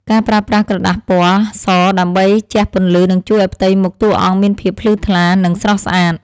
ការប្រើប្រាស់ក្រដាសពណ៌សដើម្បីជះពន្លឺនឹងជួយឱ្យផ្ទៃមុខតួអង្គមានភាពភ្លឺថ្លា និង ស្រស់ស្អាត។